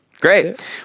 Great